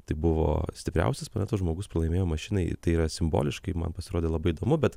tai buvo stipriausias planetos žmogus pralaimėjo mašinai tai yra simboliškai man pasirodė labai įdomu bet